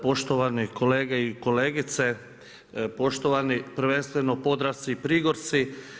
Poštovani kolege i kolegice, poštovani prvenstveno Podravci i Prigorci.